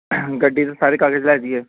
ਗੱਡੀ ਦੇ ਸਾਰੇ ਕਾਗਜ਼ ਲੈ ਜਾਈਏ